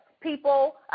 people